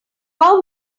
how